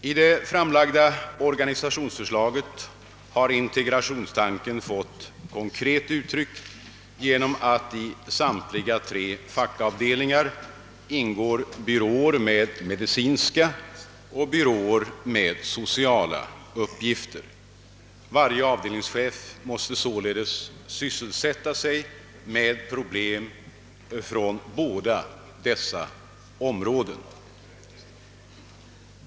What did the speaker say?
I det framlagda organisationsförslaget har integrationstanken fått konkret uttryck genom att det i samtliga tre fackavdelningar ingår byråer med medicinska och byråer med sociala uppgifter. Varje avdelningschef måste således sysselsätta sig med problem från båda dessa områden.